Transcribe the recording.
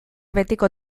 betiko